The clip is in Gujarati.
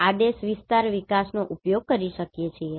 આદેશ વિસ્તાર વિકાસનો ઉપયોગ કરી શકીએ છીએ